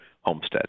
Homestead